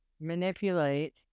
manipulate